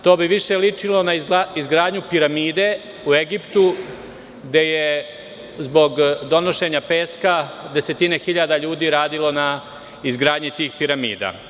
To bi više ličilo na izgradnju piramide u Egiptu, gde je zbog donošenja peska desetine hiljada ljudi radilo na izgradnji tih piramida.